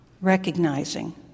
recognizing